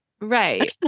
right